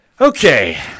Okay